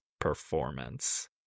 performance